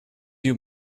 you